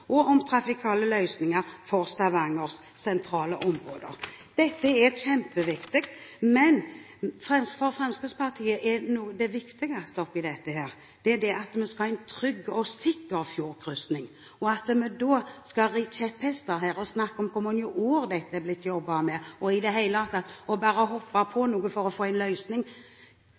og om trafikale løsninger for Stavangers sentrale områder.» Dette er kjempeviktig, men for Fremskrittspartiet er det viktigste oppi dette at vi skal ha en trygg og sikker fjordkryssing. At vi da skal ri kjepphester her og snakke om hvor mange år dette er blitt jobbet med, og i det hele tatt bare hoppe på noe for å få en løsning,